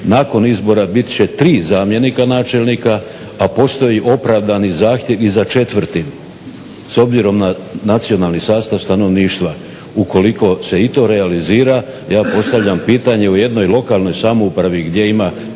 nakon izbora bit će tri zamjenika načelnika, a postoji opravdani zahtjev i za četvrtim s obzirom na nacionalni sastav stanovništva. Ukoliko se i to realizira ja postavljam pitanje u jednoj lokalnoj samoupravi gdje ima 4000 i